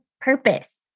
purpose